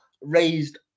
raised